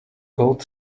gold